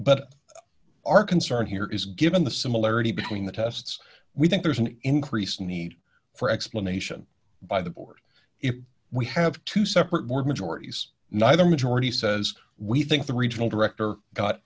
but our concern here is given the similarity between the tests we think there's an increased need for explanation by the board if we have two separate board majorities neither majority says we think the regional director got